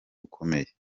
ukomeye